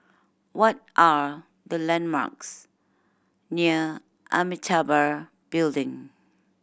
what are the landmarks near Amitabha Building